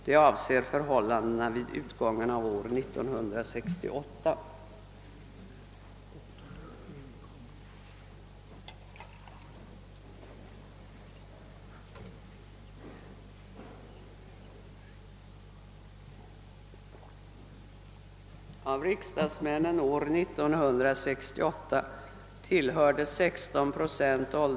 De avser förhållandena vid utgången av år 1968.